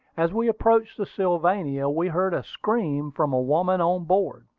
as we approached the sylvania, we heard a scream from a woman on board.